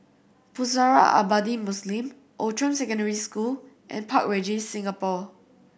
Pusara Abadi Muslim Outram Secondary School and Park Regis Singapore